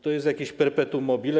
To jest jakieś perpetuum mobile.